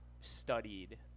studied